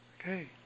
Okay